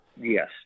Yes